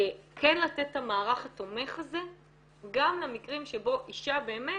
כן לתת את המערך התומך הזה גם למקרים שבהם אישה באמת